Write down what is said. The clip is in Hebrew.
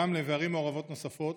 רמלה וערים מעורבות נוספות,